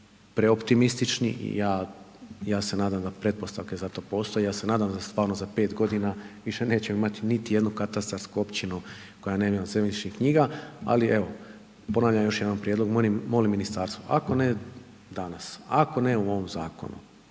preoptimistični i ja se nadam da pretpostavke za to postoje. I ja se nadam da stvarno za 5 godina više nećemo imati niti jednu katastarsku općinu koja nema zemljišnih knjiga ali evo, ponavljam još jednom prijedlog, molim ministarstvo. Ako ne danas, ako ne u ovom zakonu,